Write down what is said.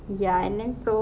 ya and then so